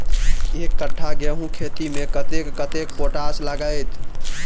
एक कट्ठा गेंहूँ खेती मे कतेक कतेक पोटाश लागतै?